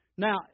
Now